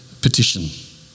petition